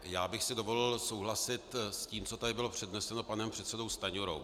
Já bych si dovolil souhlasit s tím, co tady bylo předneseno panem předsedou Stanjurou.